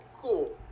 Cool